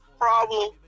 problem